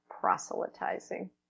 proselytizing